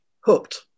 hooked